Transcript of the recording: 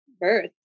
birth